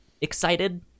excited